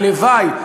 הלוואי,